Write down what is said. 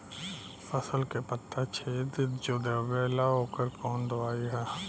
फसल के पत्ता छेद जो देवेला ओकर कवन दवाई ह?